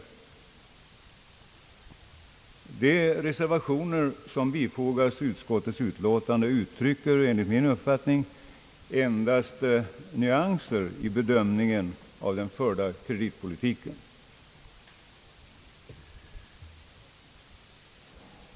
De reservationer som fogats till utskottets utlåtande uttrycker enligt min uppfattning, endast nyanser i bedömningen av den förda kreditpolitiken.